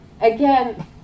Again